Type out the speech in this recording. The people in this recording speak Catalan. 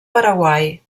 paraguai